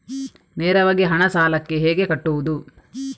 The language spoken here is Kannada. ನೇರವಾಗಿ ಹಣ ಸಾಲಕ್ಕೆ ಹೇಗೆ ಕಟ್ಟುವುದು?